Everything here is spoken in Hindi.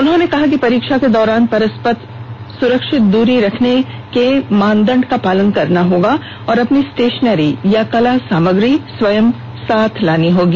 उन्होंने कहा कि परीक्षा के दौरान परस्पर सुरक्षित दूरी बनाए रखने के मानदंड का पालन करना होगा और अपनी स्टेशनरी अथवा कला सामग्री स्वयं साथ लानी होगी